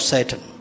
Satan. (